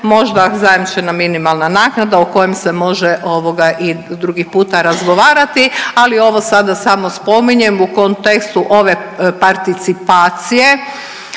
Možda zajamčena minimalna naknada o kojem se može ovoga i drugi puta razgovarati, ali ovo sada samo spominjem u kontekstu ove participacije